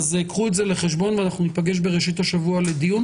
קחו את זה בחשבון ואנחנו ניפגש בראשית השבוע לדיון.